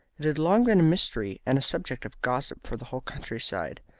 it had long been a mystery and a subject of gossip for the whole country side.